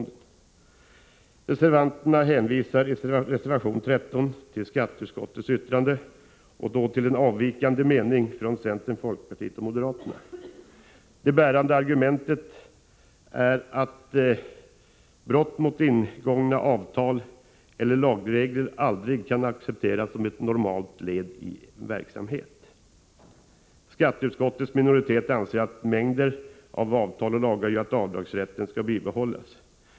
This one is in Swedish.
I reservation 13 hänvisar reservanterna till skatteutskottets yttrande och då till den avvikande mening som anmälts från centern, folkpartiet och moderata samlingspartiet. Det bärande argumentet är naturligtvis att brott mot ingångna avtal eller lagregler aldrig kan accepteras som ett normalt led i en verksamhet. Skatteutskottets minoritet anser att mängden av avtal och lagar gör att avdragsrätten bör bibehållas.